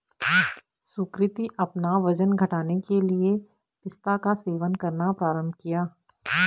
सुकृति अपना वजन घटाने के लिए पिस्ता का सेवन करना प्रारंभ किया